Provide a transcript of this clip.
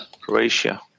Croatia